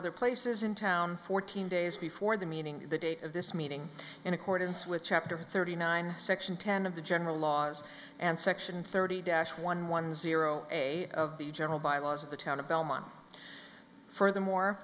other places in town fourteen days before the meeting the date of this meeting in accordance with chapter thirty nine section ten of the general laws and section thirty dash one one zero a of the general bylaws of the town of belmont furthermore